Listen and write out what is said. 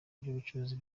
by’ubucuruzi